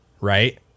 right